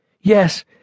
Yes